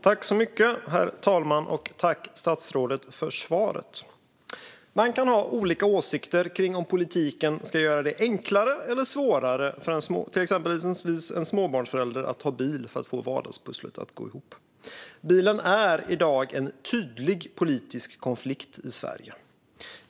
Herr talman! Tack, statsrådet, för svaret! Man kan ha olika åsikter om politiken ska göra det enklare eller svårare för exempelvis en småbarnsförälder att ha bil för att få vardagspusslet att gå ihop. Bilen är i dag en tydlig politisk konflikt i Sverige.